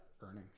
earnings